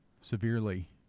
severely